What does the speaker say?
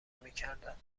میکردند